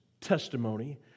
testimony